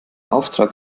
auftrag